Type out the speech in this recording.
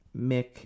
Mick